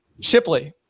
Shipley